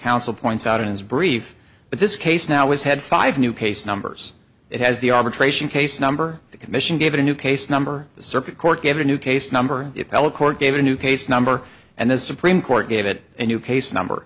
counsel points out in his brief but this case now has had five new case numbers it has the arbitration case number the commission gave it a new case number the circuit court gave a new case number bellecourt gave a new case number and the supreme court gave it a new case number